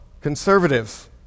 conservatives